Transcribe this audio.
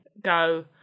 go